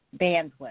bandwidth